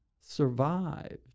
survived